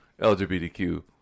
LGBTQ